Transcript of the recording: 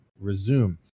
resume